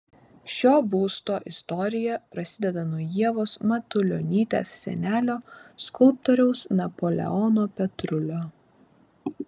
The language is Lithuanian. šio būsto istorija prasideda nuo ievos matulionytės senelio skulptoriaus napoleono petrulio